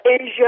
Asia